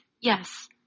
Yes